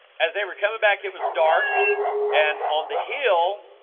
as they were coming back. it was dark and on the hill.